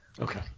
Okay